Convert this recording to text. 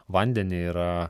vandenį yra